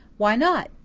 why not?